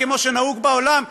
כמו שנהוג בעולם,